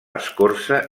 escorça